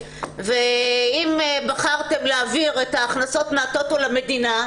ואם בחרתם להעביר את ההכנסות מהטוטו למדינה,